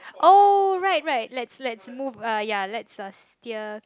oh right right let's let's move uh ya let's uh steer